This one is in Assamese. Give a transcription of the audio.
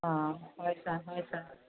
অঁ হয় ছাৰ হয় ছাৰ